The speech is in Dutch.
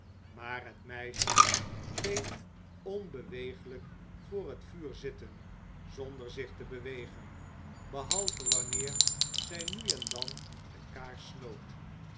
maar het meisje bleef onbeweeglijk voor het vuur zitten zonder zich te bewegen behalve wanneer zij nu en dan de kaars snoot